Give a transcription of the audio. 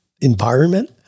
environment